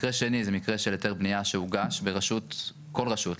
מקרה שני זה מקרה של היתר בניה שהוגש ברשות כל רשות,